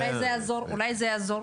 אולי זה יעזור.